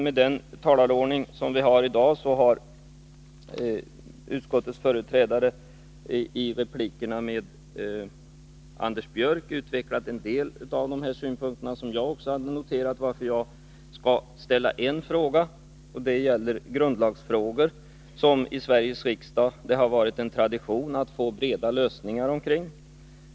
Med den talarordning som vi har i dag har utskottets företrädare i replikerna med Anders Björck utvecklat en del av de synpunkter som också jag hade noterat, varför jag skall ställa bara ett par frågor. I Sveriges riksdag hard det varit en tradition att söka skapa breda lösningar av grundlagsärenden.